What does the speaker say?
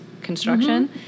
construction